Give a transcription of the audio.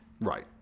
Right